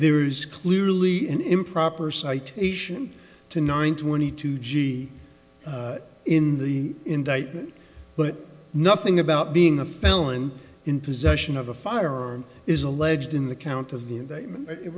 there is clearly an improper citation to nine twenty two g in the indictment but nothing about being a felon in possession of a firearm is alleged in the count